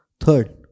Third